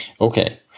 Okay